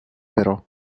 però